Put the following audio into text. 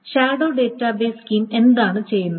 shadow database scheme എന്താണ് ചെയ്യുന്നത്